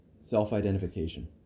self-identification